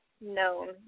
known